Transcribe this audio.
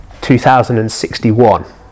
2061